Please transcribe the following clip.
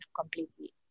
completely